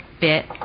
bit